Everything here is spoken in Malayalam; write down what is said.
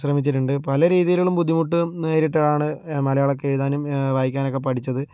ശ്രമിച്ചിട്ടുണ്ട് പല രീതികളിലും ബുദ്ധിമുട്ട് നേരിട്ടിട്ടാണ് മലയാളമൊക്കെ എഴുതാനും വായിക്കാനൊക്കെ പഠിച്ചത്